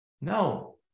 No